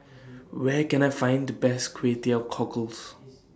Where Can I Find The Best Kway Teow Cockles